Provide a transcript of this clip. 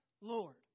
Lord